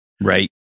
Right